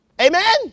Amen